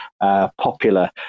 popular